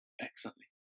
excellently